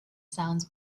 songs